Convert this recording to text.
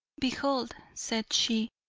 behold, said she,